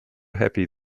happy